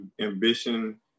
ambition